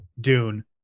Dune